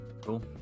Cool